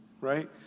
right